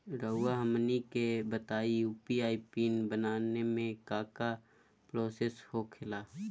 रहुआ हमनी के बताएं यू.पी.आई पिन बनाने में काका प्रोसेस हो खेला?